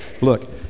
look